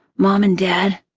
mom and dad,